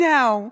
Now